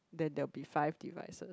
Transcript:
then there will be five devices